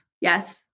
yes